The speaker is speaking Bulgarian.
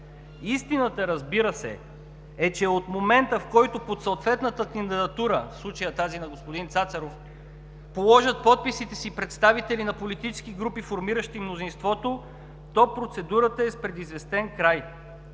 Истината, разбира се, е, че от момента, в който под съответната кандидатура – в случая тази на господин Цацаров, положат подписите си представители на политически групи, формиращи мнозинството, то процедурата е с предизвестен край.